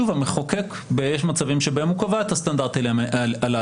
שוב, יש מצבים שבהם המחוקק קבע את הסטנדרטים הללו.